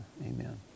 Amen